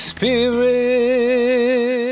Spirit